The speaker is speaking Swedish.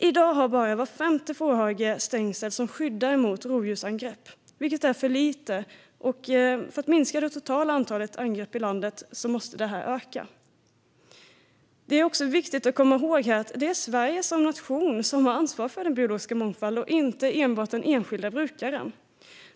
I dag har bara var femte fårhage stängsel som skyddar mot rovdjursangrepp. Detta är för lite, och för att minska det totala antalet angrepp i landet måste det öka. Det är också viktigt att komma ihåg att det är Sverige som nation - och inte enbart den enskilda brukaren - som har ansvar för den biologiska mångfalden.